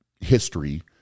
history